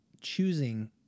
choosing